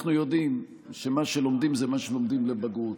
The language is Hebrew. אנחנו יודעים שמה שלומדים זה מה שלומדים לבגרות.